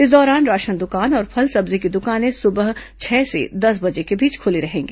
इस दौरान राशन दुकान और फल सब्जी की दुकानें सुबह छह से दस बजे के बीच खुली रहेंगी